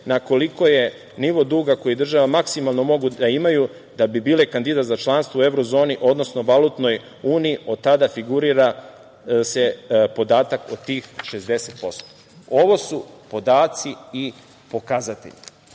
koliko je nivo duga koji države maksimalno mogu da imaju da bi bile kandidat za članstvo u evro zoni, odnosno valutnoj uniji. Od tada figurira se podatak od tih 60%.Ovo su podaci i pokazatelji